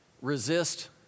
resist